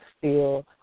feel